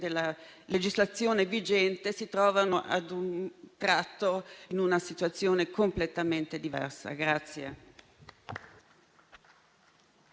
della legislazione vigente si trovino ad un tratto in una situazione completamente diversa.